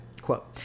quote